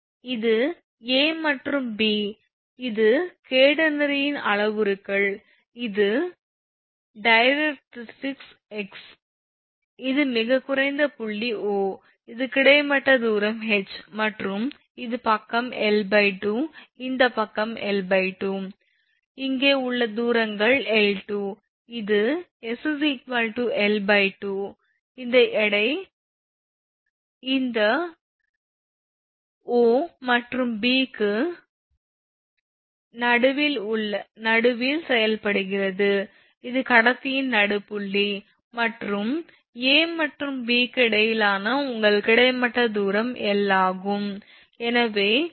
இது 𝐴 மற்றும் B இது கேடனரியின் அளவுருக்கள் இது டைரக்ட்ரிக்ஸ் x இது மிகக் குறைந்த புள்ளி 𝑂 இது கிடைமட்ட அழுத்தம் 𝐻 மற்றும் இது பக்கம் 𝑙2 இந்த பக்கம் 𝑙2 இங்கே இந்த தூரங்கள் 𝑙2 இது s 𝑙2 இந்த எடை இந்த 𝑂 மற்றும் 𝐵 பகுதிக்கு நடுவில் செயல்படுகிறது இது கடத்தியின் நடுப்புள்ளி மற்றும் A மற்றும் B க்கு இடையிலான உங்கள் கிடைமட்ட தூரம் L ஆகும்